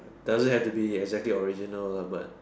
doesn't have to be exactly original lah but